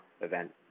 event